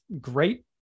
great